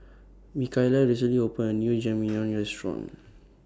Mikaila recently opened A New Jajangmyeon Restaurant